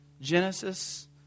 Genesis